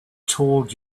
told